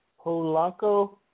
Polanco